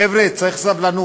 חבר'ה, צריך סבלנות.